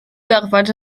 gorfod